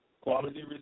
quality